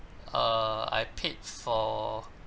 err I paid for